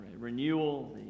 renewal